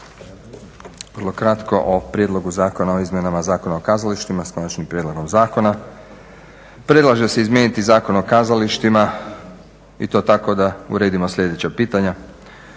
Vrlo kratko o Prijedlogu zakona o izmjenama Zakona o kazalištima, s konačnim prijedlogom zakona. Predlaže se izmijeniti Zakon o kazalištima i to tako da uredimo sljedeća pitanja.